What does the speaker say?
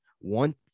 one